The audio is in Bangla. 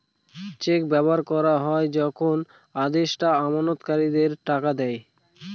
চেক ব্যবহার করা হয় যখন আদেষ্টা আমানতকারীদের টাকা দেয়